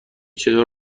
چطور